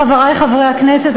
חברי חברי הכנסת,